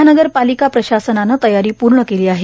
महानगर पालिका प्रशासनाने तयारी पूर्ण केली आहे